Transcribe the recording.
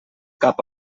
cap